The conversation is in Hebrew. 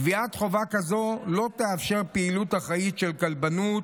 קביעת חובה כזאת לא תאפשר פעילות אחראית של כלבנות